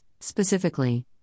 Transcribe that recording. specifically